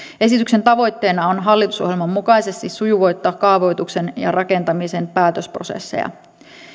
esityksen tavoitteena on hallitusohjelman mukaisesti sujuvoittaa kaavoituksen ja rakentamisen päätösprosesseja